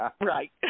Right